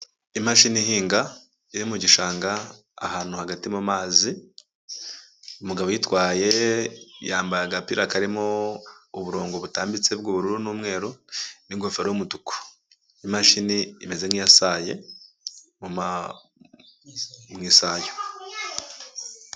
Imashini ihinga, iri mu gishanga ahantu hagati mu mazi, umugabo uyitwaye yambaye agapira karimo uburongo butambitse bw'ubururu n'umweru, n'ingofero y'umutuku. Imashini imeze nk'iyasaye mu isayo.